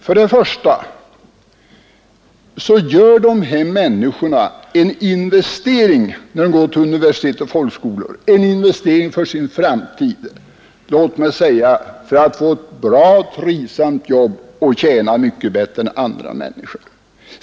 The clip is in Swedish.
För det första gör dessa människor, när de går till universitet och högskolor, en investering för sin framtid — låt mig säga för att få ett bra och trivsamt jobb och tjäna mycket bättre än andra människor.